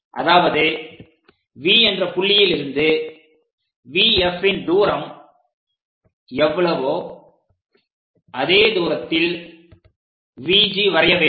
அதாவது V என்ற புள்ளியில் இருந்து VFன் தூரம் எவ்வளவோ அதே தூரத்தில் VG வரைய வேண்டும்